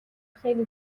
خیلی